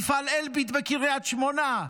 מפעל אלביט בקריית שמונה.